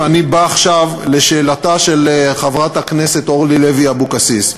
ואני בא עכשיו לשאלתה של חברת הכנסת אורלי לוי אבקסיס.